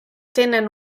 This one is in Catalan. tenen